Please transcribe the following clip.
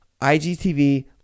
IGTV